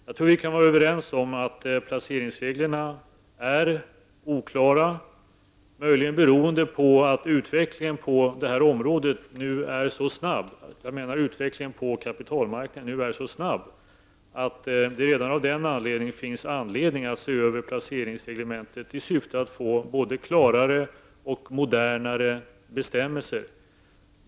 Jag tror att vi kan vara överens om att placeringsreglerna är oklara, möjligen beroende på att utvecklingen på kapitalmarknaden nu är så snabb att det redan av den anledningen är nödvändigt att se över placeringsreglementet i syfte att få både klarare och modernare bestämmelser.